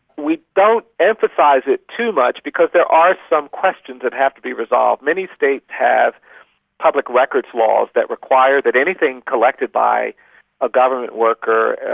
we don't emphasise it too much because there are some questions that have to be resolved. many states have public records laws that require that anything collected by a government worker,